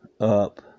up